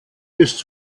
ist